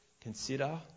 consider